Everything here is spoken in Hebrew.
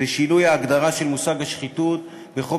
זה שינוי ההגדרה של המושג "שחיתות" בחוק